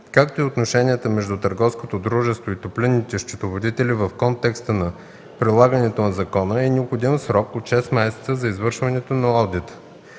както и отношенията между търговското дружество и топлинните счетоводители, в контекста на прилагането на закона, е необходим срок от шест месеца за извършването на одита.